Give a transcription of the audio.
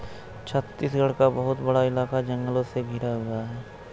छत्तीसगढ़ का बहुत बड़ा इलाका जंगलों से घिरा हुआ है